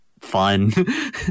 fun